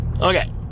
Okay